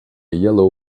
yellow